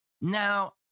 Now